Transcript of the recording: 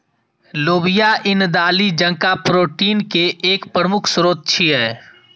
लोबिया ईन दालि जकां प्रोटीन के एक प्रमुख स्रोत छियै